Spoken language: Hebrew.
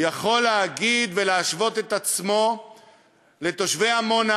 יכול להשוות את עצמו לתושבי עמונה,